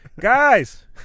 guys